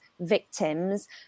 victims